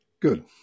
Good